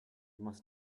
must